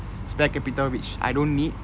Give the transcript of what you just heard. spare capital which I don't need